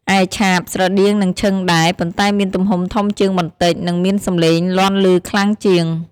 ឯឆាប ស្រដៀងនឹងឈិងដែរ ប៉ុន្តែមានទំហំធំជាងបន្តិច និងមានសំឡេងលាន់ឮខ្លាំងជាង។